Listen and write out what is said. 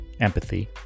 empathy